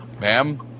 ma'am